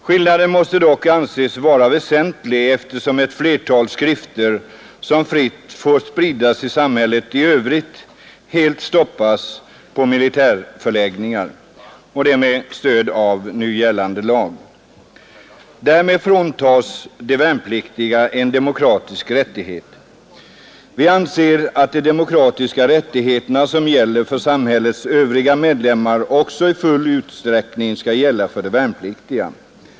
Skillnaden måste dock anses vara väsentlig, eftersom ett flertal skrifter, som fritt får spridas i samhället i övrigt, helt stoppas på militärförläggningar. Detta sker med stöd av gällande lag, och därmed fråntas de värnpliktiga en demokratisk rättighet. Vi anser att de demokratiska rättigheter som gäller för samhällets övriga medlemmar också i full utsträckning skall gälla för de värnpliktiga.